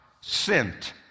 Sent